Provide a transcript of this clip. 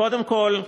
קודם כול,